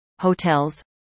hotels